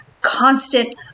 constant